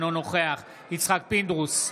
אינו נוכח יצחק פינדרוס,